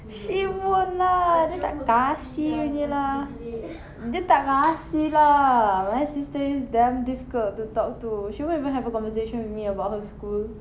she won't lah dia tak kasi punya lah dia tak kasi lah my sister is damn difficult to talk to she won't even have a conversation with me about her school